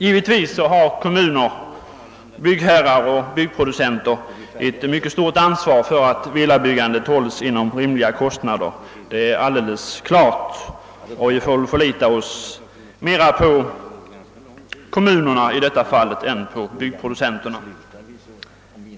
Givetvis har kommuner, byggherrar och byggproducenter ett mycket stort ansvar för att kostnaderna för villabyggande hålls. inom rimliga gränser; det är alldeles klart. Jag tror att vi mera får förlita oss på kommunerna i detta fall än på byggproducenterna.